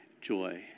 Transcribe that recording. joy